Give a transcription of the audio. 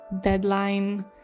deadline